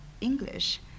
English